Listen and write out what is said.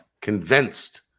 convinced